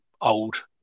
old